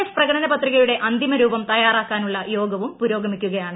F പ്രകടനപത്രികയുടെ അന്തിമരൂപം തയ്യാറാക്കാനുള്ള യോഗവും പുരോഗമിക്കുകയാണ്